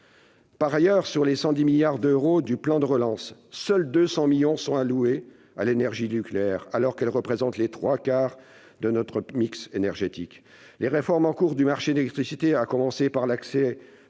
Par ailleurs, sur les 110 milliards d'euros du plan de relance, seuls 200 millions d'euros sont alloués à l'énergie nucléaire, alors qu'elle représente les trois quarts de notre mix énergétique. Les réformes en cours du marché de l'électricité, à commencer par celle